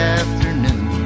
afternoon